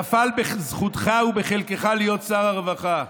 נפל בזכותך ובחלקך להיות שר הרווחה.